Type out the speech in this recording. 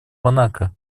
монако